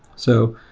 so,